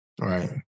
Right